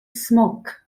smoke